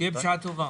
שיהיה בשעה טובה.